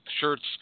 shirts